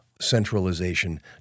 centralization